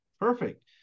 Perfect